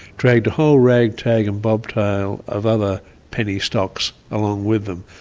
dragged a whole ragtag and bobtail of other penny stocks along with them.